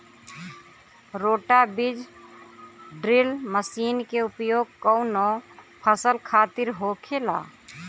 रोटा बिज drill machine के उपयोग कऊना फसल खातिर होखेला?